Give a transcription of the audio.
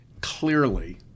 clearly